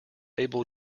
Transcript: able